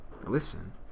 Listen